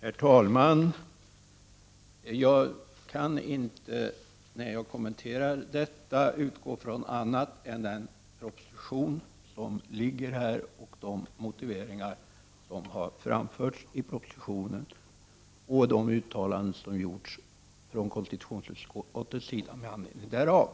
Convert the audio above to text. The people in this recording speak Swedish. Herr talman! Jag kan inte, när jag kommenterar detta, utgå från annat än den proposition som ligger på riksdagens bord, de motiveringar som har framförts i propositionen och de uttalanden som har gjorts från konstitutionsutskottets sida med anledning därav.